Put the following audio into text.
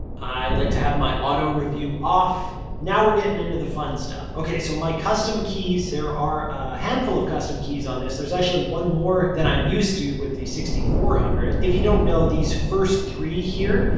i like to have my auto review off. now we're getting into the fun stuff. okay, so my custom keys, there are a handful of custom keys on this. there's actually one more than i'm used to with the six thousand four hundred. if you don't know these first three here,